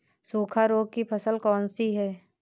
सूखा रोग की फसल कौन सी है?